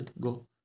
go